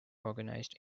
organized